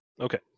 Okay